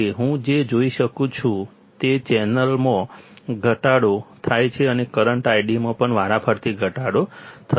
હું જે જોઈ શકું છું તે ચેનલમાં ઘટાડો થાય છે અને કરંટ ID માં પણ વારાફરતી ઘટાડો થશે